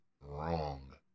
wrong